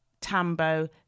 Tambo